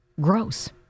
gross